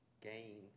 gain